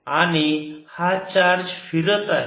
आणि हा चार्ज फिरत आहे